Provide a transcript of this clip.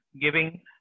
giving